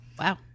Wow